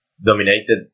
Dominated